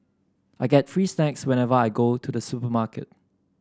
I get free snacks whenever I go to the supermarket